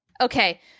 Okay